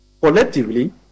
collectively